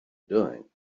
doing